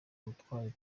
ubutwari